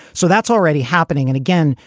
so that's already happening. and again,